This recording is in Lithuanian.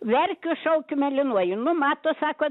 verkiu šaukiu mėlynuoju nu mato sako